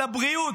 לבריאות.